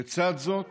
לצד זאת